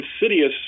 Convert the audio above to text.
insidious